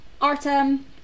Artem